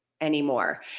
anymore